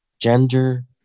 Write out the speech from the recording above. gender